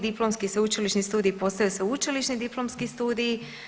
Diplomski sveučilišni studiji postaju sveučilišni diplomski studiji.